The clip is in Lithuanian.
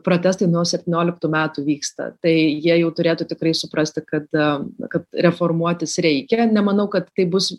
protestai nuo septynioliktų metų vyksta tai jie jau turėtų tikrai suprasti kad kad reformuotis reikia nemanau kad tai bus